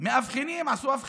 עשו עכשיו?